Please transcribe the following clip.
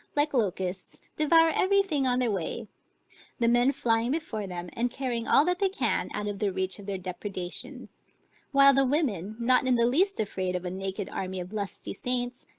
like locusts devour every thing on their way the men flying before them, and carrying all that they can out of the reach of their depredations while the women, not in in the least afraid of a naked army of lusty saints,